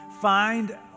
Find